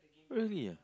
really ah